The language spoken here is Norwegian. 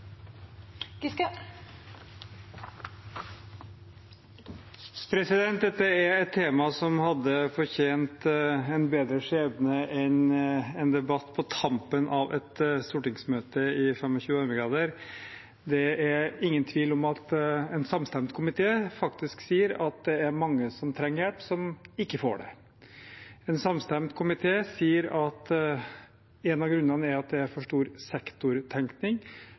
et tema som hadde fortjent en bedre skjebne enn en debatt på tampen av et stortingsmøte i 25 varmegrader. Det er ingen tvil om at en samstemt komité faktisk sier at det er mange som trenger hjelp som ikke får det. En samstemt komité sier at en av grunnene er at det er for stor sektortenkning,